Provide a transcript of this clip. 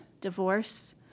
divorce